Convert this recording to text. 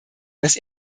dass